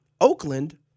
Oakland